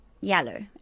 yellow